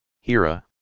Hira